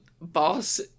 boss